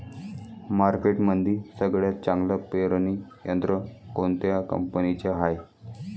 मार्केटमंदी सगळ्यात चांगलं पेरणी यंत्र कोनत्या कंपनीचं हाये?